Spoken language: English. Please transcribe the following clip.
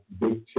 Big